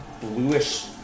bluish